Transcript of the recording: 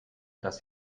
dass